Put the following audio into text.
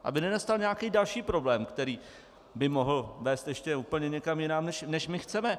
Aby nenastal nějaký další problém, který by mohl vést ještě úplně někam jinam, než chceme.